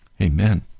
amen